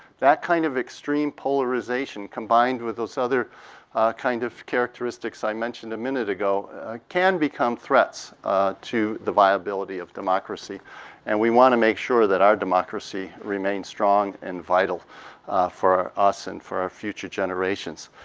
that kind of extreme polarization combined with those other kind of characteristics i mentioned a minute ago can become threats to the viability of democracy and we want to make sure that our democracy remains strong and vital for us and for our future generations.